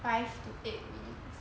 five to eight minutes